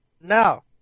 No